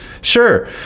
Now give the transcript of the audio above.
Sure